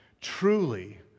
truly